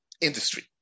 industry